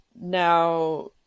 now